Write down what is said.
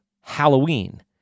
Halloween